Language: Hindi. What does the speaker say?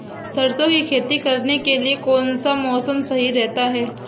सरसों की खेती करने के लिए कौनसा मौसम सही रहता है?